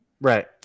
Right